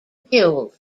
guild